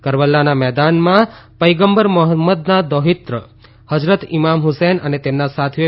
કરબલાના મેદાનમાં પૈયગંબર મહોમ્મદના દોહિત્ર હઝરત ઇમામ હુસેન અને તેમના સાથીઓએ